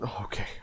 Okay